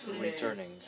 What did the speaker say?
returning